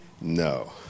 No